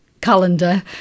calendar